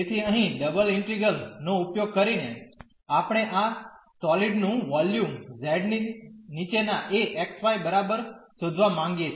તેથી અહીં double integrals નો ઉપયોગ કરીને આપણે આ સોલિડ નું વોલ્યુમ z ની નીચેના એ xy બરાબર શોધવા માગીએ છીએ